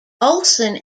olsen